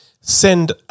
send